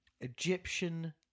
Egyptian